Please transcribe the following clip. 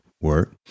work